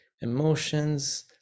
emotions